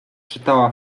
czytała